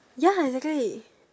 ya exactly